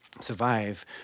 survive